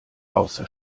außer